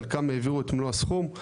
חלקם העבירו את מלוא הסכום,